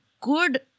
good